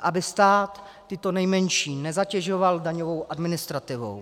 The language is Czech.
aby stát tyto nejmenší nezatěžoval daňovou administrativou.